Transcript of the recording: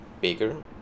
bigger